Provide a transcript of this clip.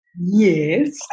Yes